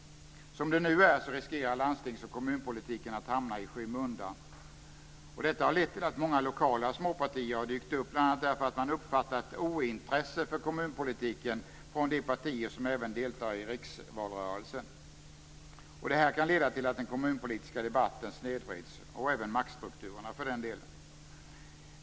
Som det är nu riskerar landstings och kommunpolitiken att hamna i skymundan. Detta har lett till att många lokala småpartier har dykt upp, bl.a. därför att man uppfattar ett ointresse för kommunpolitiken från de partier som även deltar i riksvalrörelsen. Detta kan leda till att den kommunpolitiska debatten och för den delen även maktstrukturerna snedvrids.